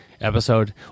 episode